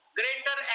greater